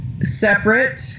separate